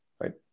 right